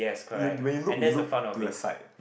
you when you look we look to the side